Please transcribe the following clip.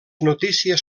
notícies